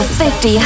50